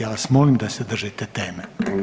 Ja vas molim da se držite teme.